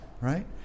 right